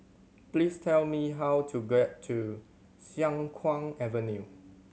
please tell me how to get to Siang Kuang Avenue